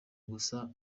gusa